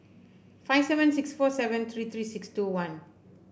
five seven six four seven three three six two one